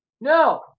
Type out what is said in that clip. No